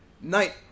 night